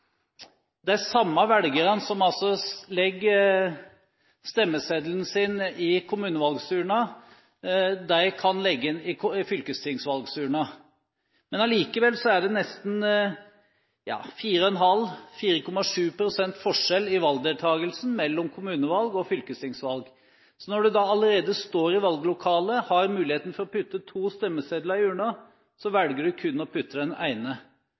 de samme velgerne som legger stemmeseddelen sin i kommunevalgsurnen som kan legge den i fylkestingsvalgsurnen. Likevel er det nesten 4,5–4,7 pst. forskjell i valgdeltagelsen mellom kommunevalg og fylkestingsvalg. Så når du allerede er i valglokalet og har muligheten til å putte to stemmesedler i urnen, velger du kun å putte den ene